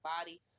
body